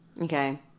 Okay